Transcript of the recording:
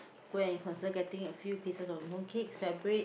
go and consider getting a few pieces of mooncake celebrate